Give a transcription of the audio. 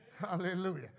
Hallelujah